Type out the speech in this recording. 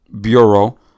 Bureau